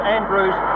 Andrews